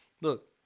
Look